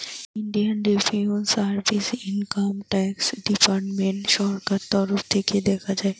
Indian revenue service income tax department সরকারের তরফ থিকে দেখা হয়